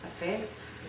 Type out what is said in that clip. affects